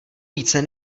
více